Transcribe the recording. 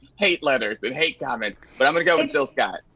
hate letters and hate comments, but i'm gonna go with jill scott.